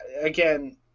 Again